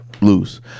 lose